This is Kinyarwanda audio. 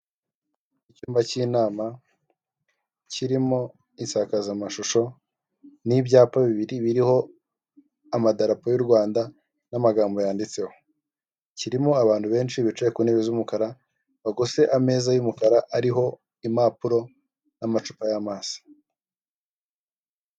Icyumba cy'inama kirimo insakazamashusho, n'ibyapa bibiri biriho amadarapo y'u Rwanda n'amagambo yanditseho. Kirimo abantu benshi bicaye ku ntebe z'umukara, bagose ameza y'umukara ariho impapuro n'amacupa y'amazi.